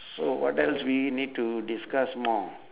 so what else we need to discuss more